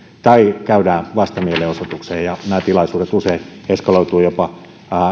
tai käydään vastamielenosoitukseen ja nämä tilaisuudet usein eskaloituvat jopa